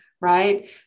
right